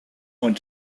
want